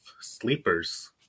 Sleepers